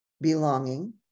belonging